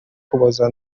ukuboza